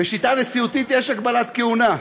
בשיטה נשיאותית יש הגבלת כהונה.